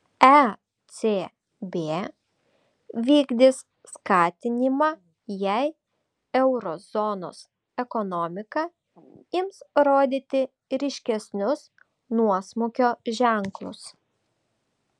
ecb vykdys skatinimą jei euro zonos ekonomika ims rodyti ryškesnius nuosmukio ženklus